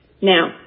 Now